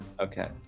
Okay